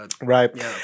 Right